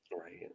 Right